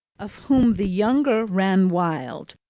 of whom the younger ran wild,